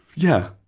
yeah.